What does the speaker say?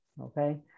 Okay